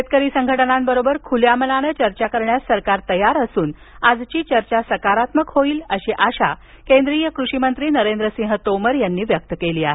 शेतकरी संघटनांबरोबर खुल्या मनानं चर्चा करण्यास सरकार तयार असून आजची चर्चा सकारात्मक होईल अशी आशा केंद्रीय कृषीमंत्री नरेंद्रसिंह तोमर यांनी व्यक्त केली आहे